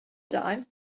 dime